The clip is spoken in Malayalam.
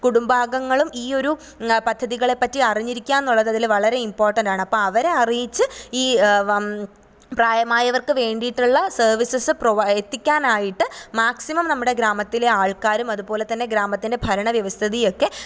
കുടുംബാംഗങ്ങളും ഈ ഒരു പദ്ധതികളെപ്പറ്റി അറിഞ്ഞിരിക്കുക എന്നുള്ളത് അതിൽ വളരെ ഇമ്പോട്ടൻ്റ് ആണ് അപ്പം അവരെ അറിയിച്ച് ഈ പ്രായമായവര്ക്ക് വേണ്ടിയിട്ടുള്ള സെര്വീസസ് പ്രൊവൈഡ് എത്തിക്കാനായിട്ട് മാക്സിമം നമ്മുടെ ഗ്രാമത്തിലെ ആള്ക്കാരും അതുപോലെ തന്നെ ഗ്രാമത്തിന്റെ ഭരണ വ്യവസ്ഥിതിയൊക്കെ